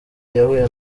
yahuye